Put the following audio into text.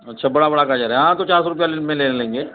अच्छा बड़ा बड़ा गाजर है हाँ तो चार सौ रुपया ले मि ले लेंगे